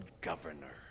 governor